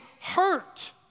hurt